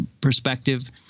perspective